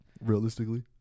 realistically